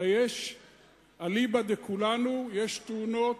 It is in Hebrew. הרי אליבא דכולנו יש תאונות,